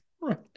Right